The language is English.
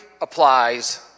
applies